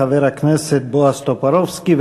חבר הכנסת בועז טופורובסקי,